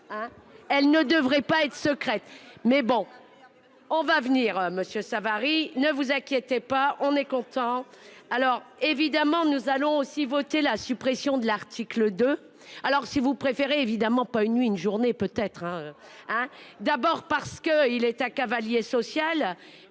Elle ne devrait pas être secrète mais bon. On va venir Monsieur Savary ne vous inquiétez pas, on est content. Alors évidemment nous allons aussi voté la suppression de l'article de. Alors si vous préférez évidemment pas une nuit, une journée peut être hein, hein. D'abord parce qu'il est un cavalier social